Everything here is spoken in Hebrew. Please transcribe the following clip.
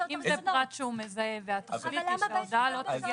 אם זה פרט שהוא מזהה והתכלית היא שההודעה לא תגיע